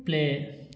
play